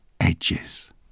edges